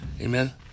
Amen